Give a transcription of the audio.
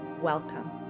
welcome